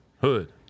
Hood